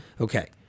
Okay